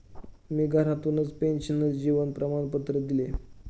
मी घरातूनच पेन्शनर जीवन प्रमाणपत्र दिले